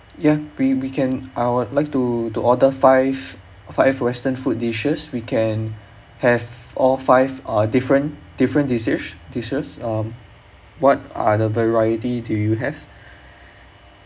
ya we we can I would like to to order five five western food dishes we can have all five uh different different dishes um what are the variety do you have